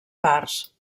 parts